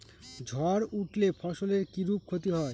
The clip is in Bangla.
ঝড় উঠলে ফসলের কিরূপ ক্ষতি হয়?